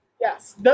Yes